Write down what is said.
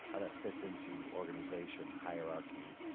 that fits into organization hierarchy,